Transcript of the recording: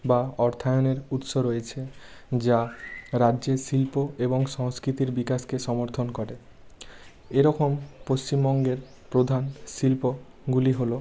বা অর্থায়নের উৎস রয়েছে যা রাজ্যে শিল্প এবং সংস্কৃতির বিকাশকে সমর্থন করে এরকম পশ্চিমবঙ্গের প্রধান শিল্পগুলি হলো